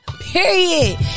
Period